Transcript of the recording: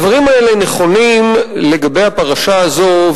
הדברים האלה נכונים לגבי הפרשה הזו,